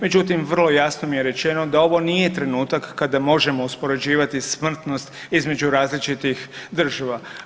Međutim, vrlo jasno mi je rečeno da ovo nije trenutak kada možemo uspoređivati smrtnost između različitih država.